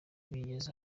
bigeze